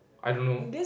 I don't know